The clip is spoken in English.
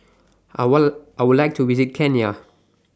I want I Would like to visit Kenya